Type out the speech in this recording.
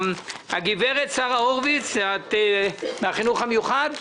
גברת שרה הורביץ, את מהחינוך המיוחד?